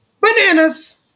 bananas